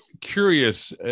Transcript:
curious